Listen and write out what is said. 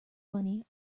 money